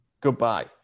Goodbye